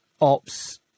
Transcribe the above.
ops